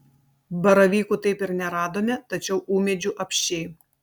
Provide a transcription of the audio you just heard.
baravykų taip ir neradome tačiau ūmėdžių apsčiai